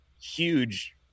huge